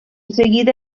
seguida